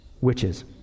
Witches